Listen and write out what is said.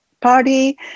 party